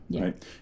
Right